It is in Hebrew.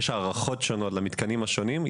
יש היערכויות שונות למתקנים השונים.